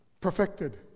perfected